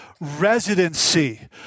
residency